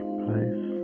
place